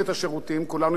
שזה שקר גלוי,